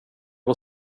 och